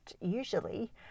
usually